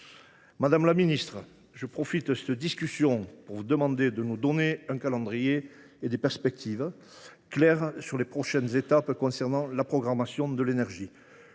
Madame la ministre, je profite de cette discussion pour vous demander de nous fournir un calendrier et des perspectives claires sur les prochaines étapes concernant la programmation de l’énergie.